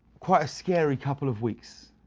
quite a scary couple of weeks.